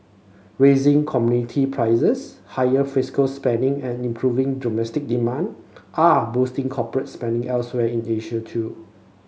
rising commodity prices higher fiscal spending and improving domestic demand are boosting corporate spending elsewhere in Asia too